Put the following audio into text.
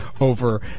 over